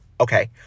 Okay